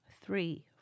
three